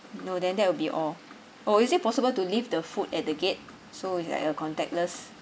no then that will be all oh is it possible to leave the food at the gate so it's like a contactless